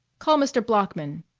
call mr. bloeckman,